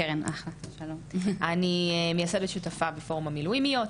אני מייסדת שותפה בפורום המילואימיות,